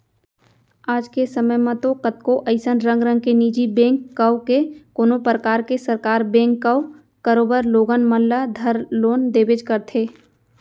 आज के समे म तो कतको अइसन रंग रंग के निजी बेंक कव के कोनों परकार के सरकार बेंक कव करोबर लोगन मन ल धर लोन देबेच करथे